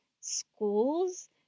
schools